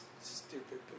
stupid